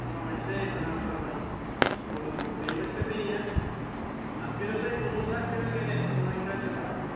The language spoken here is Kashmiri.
نہَ وۅنۍ چھِنا أسۍ زٕ نَفر وۅنۍ گژھِ تھوڑا ہوٗ بیٚیہِ ؤنۍتَو مےٚ یہِ اَتھ کٔرِو تُہۍ کُنوُہ ساس کٔرِو کیٛازِ أسۍ چھِ زٲنکار تہِ واریاہ